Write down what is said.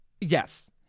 yes